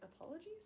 Apologies